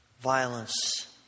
violence